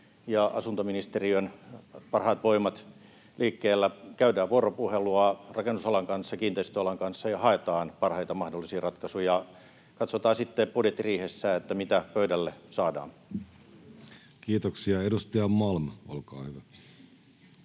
ja asuntoministeriön parhaat voimat liikkeellä, käydään vuoropuhelua rakennusalan kanssa ja kiinteistöalan kanssa ja haetaan parhaita mahdollisia ratkaisuja. Katsotaan sitten budjettiriihessä, mitä pöydälle saadaan. [Speech 28] Speaker: Jussi Halla-aho